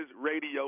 radio